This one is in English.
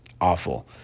awful